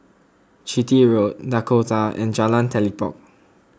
Chitty Road Dakota and Jalan Telipok